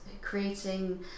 creating